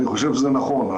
אני חושב שזה נכון.